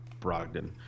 Brogdon